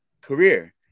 career